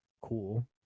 cool